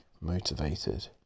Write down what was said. motivated